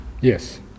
Yes